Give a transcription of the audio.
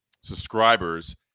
subscribers